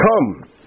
Come